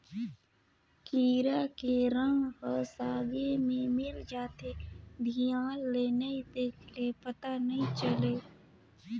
कीरा के रंग ह सागे में मिल जाथे, धियान ले नइ देख ले पता नइ चले